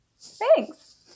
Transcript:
Thanks